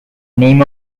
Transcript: name